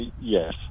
yes